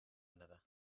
another